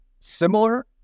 Similar